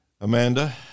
Amanda